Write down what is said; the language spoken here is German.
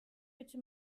bitte